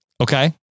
Okay